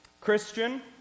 Christian